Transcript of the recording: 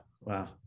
wow